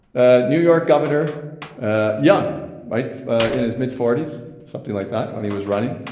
new york governor ah young right in his mid forty s something like that when he was running.